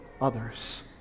others